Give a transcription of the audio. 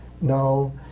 No